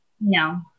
no